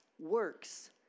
works